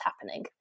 happening